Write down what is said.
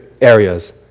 areas